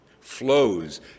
flows